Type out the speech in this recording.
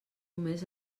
més